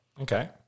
Okay